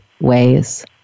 ways